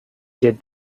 did